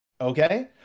okay